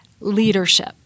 leadership